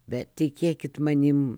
bet tikėkit manim